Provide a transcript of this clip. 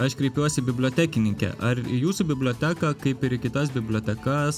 aš kreipiuosi į bibliotekininkę ar į jūsų biblioteką kaip ir į kitas bibliotekas